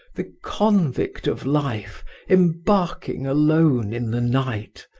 the convict of life embarking alone in the night,